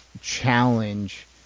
challenge